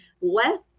less